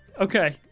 Okay